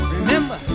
Remember